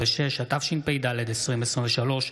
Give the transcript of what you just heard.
6 ואליד אלהואשלה